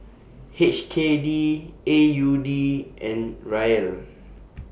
H K D A U D and Riel